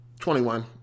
21